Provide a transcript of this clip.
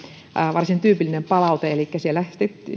varsin tyypillinen palaute elikkä siellä